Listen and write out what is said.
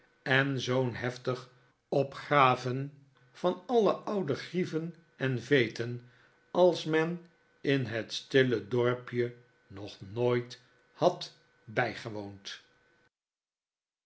en zoo'n heftig opgraven van alle oude grieven en veeten als men in het stille dorpje nog nooit had bijgewoond